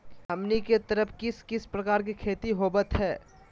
हमनी के तरफ किस किस प्रकार के खेती होवत है?